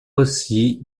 aussi